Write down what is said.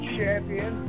champion